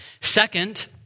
Second